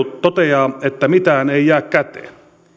toteaa että mitään ei jää käteen